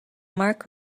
mark